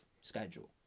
schedule